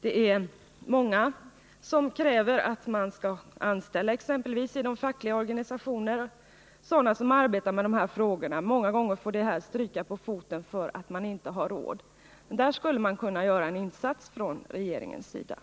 Det är många fackligt aktiva kvinnor som kräver att de fackliga organisationerna skall anställa experter som arbetar med dessa frågor, som många gånger får eftersättas av ekonomiska skäl. Där skulle regeringen kunna göra en insats.